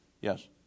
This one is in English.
Yes